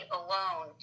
alone